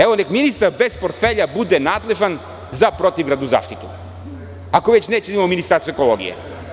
Evo neka ministar bez portfelja bude nadležan za protivgradnu zaštitu, ako već nećemo da imamo Ministarstvo ekologije.